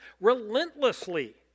relentlessly